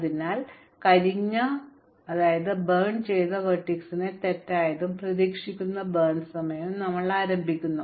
അതിനാൽ കരിഞ്ഞ വെർട്ടെക്സിനെ തെറ്റായതും പ്രതീക്ഷിക്കുന്ന ബേൺ സമയവും ഞങ്ങൾ ആരംഭിക്കുന്നു